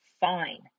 fine